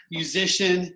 musician